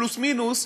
פלוס מינוס,